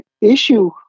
issue